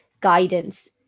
guidance